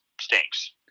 stinks